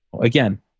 again